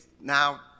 now